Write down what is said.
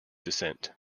descent